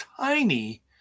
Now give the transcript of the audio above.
tiny